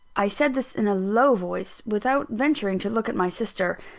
i said this in a low voice, without venturing to look at my sister.